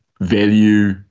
value